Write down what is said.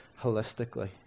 holistically